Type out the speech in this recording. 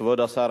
כבוד השר,